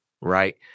right